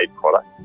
product